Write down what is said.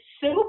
soup